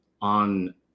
on